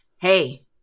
Hey